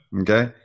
Okay